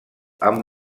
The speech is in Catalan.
amb